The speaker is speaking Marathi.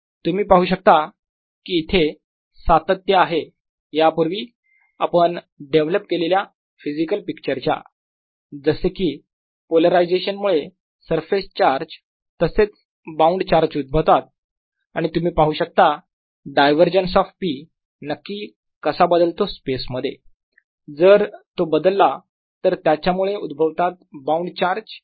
तुम्ही पाहू शकता की इथे सातत्य आहे यापूर्वी आपण डेव्हलप केलेल्या फिजिकल पिक्चरच्या जसे कि पोलरायझेशन मुळे सरफेस चार्ज तसेच बाउंड चार्ज उद्भवतात आणि तुम्ही पाहू शकता डायव्हरजन्स ऑफ p नक्की कसा बदलतो स्पेस मध्ये जर तो बदलला तर त्याच्यामुळे उद्भवतात बाऊंड चार्ज